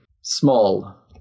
small